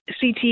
CT